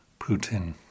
Putin